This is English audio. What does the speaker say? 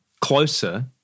closer